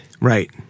Right